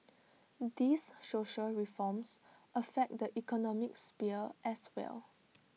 these social reforms affect the economic sphere as well